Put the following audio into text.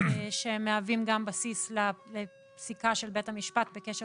שמהווים גם בסיס לפסיקה של בית המשפט בקשר